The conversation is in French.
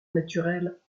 naturelle